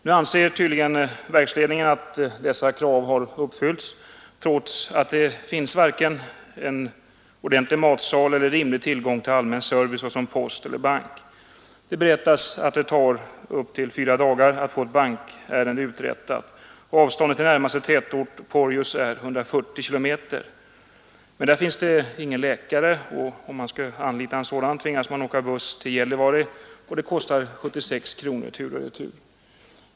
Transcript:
Nu anser tydligen verksledningen att dessa krav uppfyllts, trots att det inte finns vare sig matsal eller rimlig tillgång till allmän service såsom post eller bank. Det berättas att det tar upp till fyra dagar att få ett bankärende uträttat, och avståndet till närmaste tätort, Porjus, är 140 km. Men där finns ingen läkare. Om man skall anlita en sådan tvingas man åka buss till Gällivare, och det kostar 76 kronor tur och retur.